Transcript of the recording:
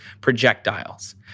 projectiles